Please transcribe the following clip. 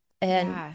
and-